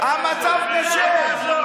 המצב קשה.